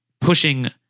pushing